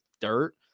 dirt